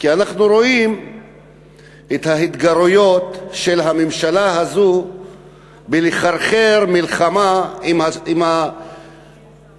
כי אנחנו רואים את ההתגרויות של הממשלה הזו בלחרחר מלחמה עם השכנים.